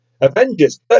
Avengers